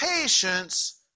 patience